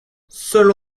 seule